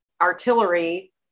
artillery